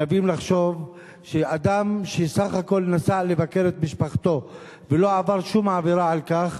חייבים לחשוב שאדם שבסך הכול נסע לבקר את משפחתו ולא עבר שום עבירה בכך,